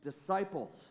disciples